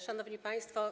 Szanowni Państwo!